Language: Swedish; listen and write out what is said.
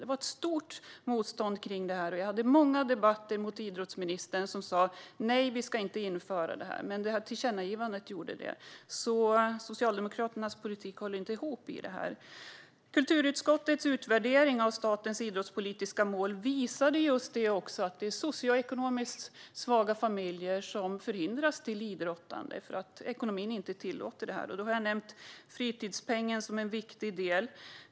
Det var ett stort motstånd kring detta, och jag hade många debatter mot idrottsministern som sa att nej, vi ska inte införa det här. Men med hjälp av tillkännagivandet gjordes det. Socialdemokraternas politik håller alltså inte ihop när det gäller det här. Kulturutskottets utvärdering av statens idrottspolitiska mål visade just att det är socioekonomiskt svaga familjer som hindras från att idrotta på grund av att ekonomin inte tillåter det. Jag har nämnt fritidspengen som en viktig del.